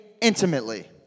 intimately